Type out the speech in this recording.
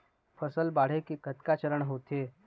फसल बाढ़े के कतका चरण होथे?